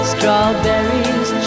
Strawberries